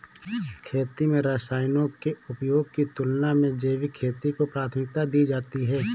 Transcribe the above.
खेती में रसायनों के उपयोग की तुलना में जैविक खेती को प्राथमिकता दी जाती है